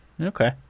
Okay